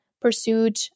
pursued